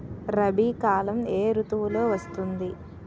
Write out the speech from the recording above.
రబీ కాలం ఏ ఋతువులో వస్తుంది?